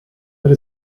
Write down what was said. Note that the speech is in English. that